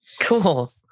Cool